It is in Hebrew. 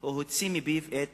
הוא הוציא מפיו את